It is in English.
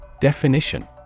Definition